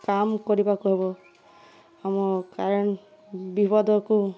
କାମ୍ କରିବାକୁ ହେବ ଆମ କରେଣ୍ଟ୍ ବିପଦକୁ